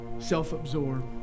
self-absorbed